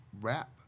rap